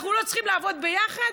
אנחנו לא צריכים לעבוד ביחד?